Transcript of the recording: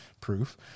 proof